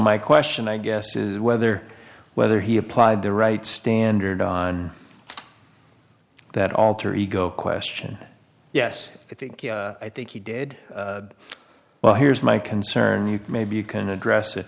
my question i guess is whether whether he applied the right standard on that alter ego question yes i think i think he did well here's my concern you maybe you can address it